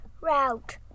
route